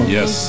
Yes